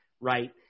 right